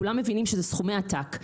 כולם מבינים שזה סכומי עתק,